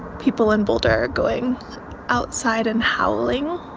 people in boulder are going outside and howling.